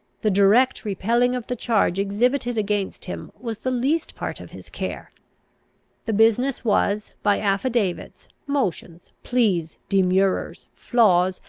the direct repelling of the charge exhibited against him was the least part of his care the business was, by affidavits, motions, pleas, demurrers, flaws,